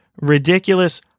ridiculous